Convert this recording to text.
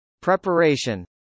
Preparation